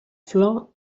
flor